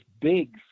big